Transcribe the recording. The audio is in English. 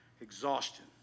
exhaustion